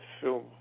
film